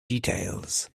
details